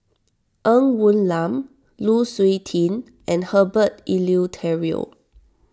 Ng Woon Lam Lu Suitin and Herbert Eleuterio